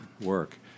work